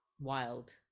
Wild